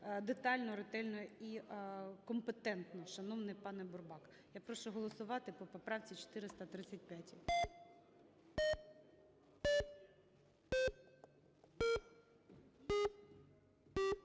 детально, ретельно і компетентно, шановний пане Бурбак. Я прошу голосувати по поправці 435.